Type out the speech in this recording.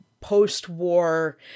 post-war